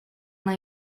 una